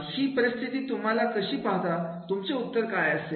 ही परिस्थिती तुम्ही कशी पाहता तुमचे उत्तर काय असेल